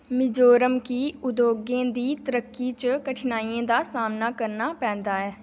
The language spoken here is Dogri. मिजोरम गी उद्योगें दी तरक्की च कठिनाइयें दा सामना करना पौंदा ऐ